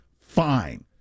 Fine